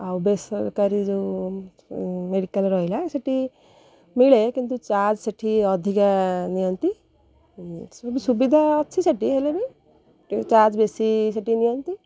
ଆଉ ବେସରକାରୀ ଯେଉଁ ମେଡ଼ିକାଲ୍ ରହିଲା ସେଇଠି ମିଳେ କିନ୍ତୁ ଚାର୍ଜ ସେଇଠି ଅଧିକା ନିଅନ୍ତି ସବୁ ସୁବିଧା ଅଛି ସେଇଠି ହେଲେ ବି ଟିକେ ଚାର୍ଜ ବେଶୀ ସେଇଠି ନିଅନ୍ତି